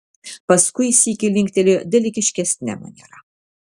paskui sykį linktelėjo dalykiškesne maniera